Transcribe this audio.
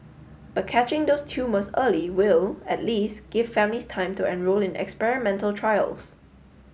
but catching those tumours early will at least give families time to enrol in experimental trials